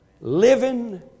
Living